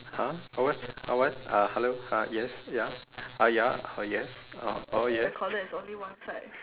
!huh! oh what oh what uh hello uh yes ya uh ya oh yes oh oh yes